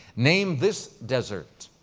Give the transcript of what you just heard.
name this desert.